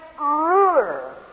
ruler